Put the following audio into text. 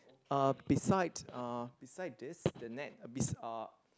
uh beside uh beside this the net bes~(uh)